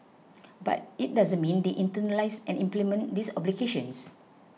but it doesn't mean they internalise and implement these obligations